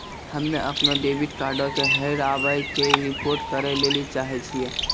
हम्मे अपनो डेबिट कार्डो के हेराबै के रिपोर्ट करै लेली चाहै छियै